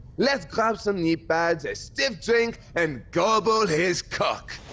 let's grab some kneepads, a stiff drink, and gobble his cock.